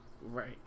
Right